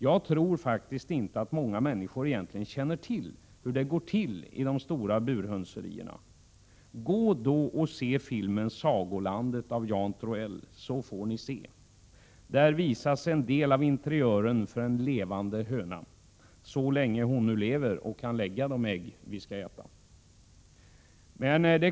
Jag tror att många människor inte känner till hur det går till i de stora burhönserierna. Gå då och se filmen Sagolandet av Jan Troell, så får ni se! Där visas en del av interiören hos en levande höna, så länge hon nu lever och kan värpa de ägg vi skall äta.